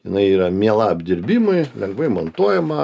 jinai yra miela apdirbimui lengvai montuojama